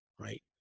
Right